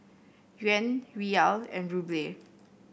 Yuan Riyal and Ruble